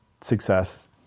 success